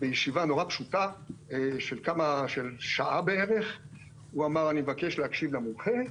בישיבה נורא פשוטה של שעה בערך הוא אמר: אני מבקש להקשיב למומחה,